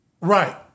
Right